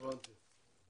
הבנתי.